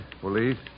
police